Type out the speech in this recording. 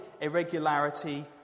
irregularity